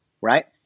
right